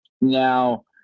Now